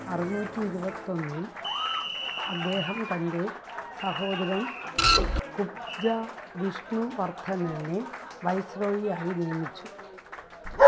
അറുനൂറ്റി ഇരുപത്തൊന്നിൽ അദ്ദേഹം തന്റെ സഹോദരൻ കുബ്ജ വിഷ്ണുവർദ്ധനനെ വൈസ്രോയി ആയി നിയമിച്ചു